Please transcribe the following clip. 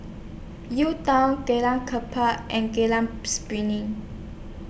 UTown Jalan Klapa and Jalan Piring